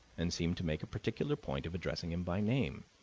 and seemed to make a particular point of addressing him by name.